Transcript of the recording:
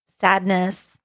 sadness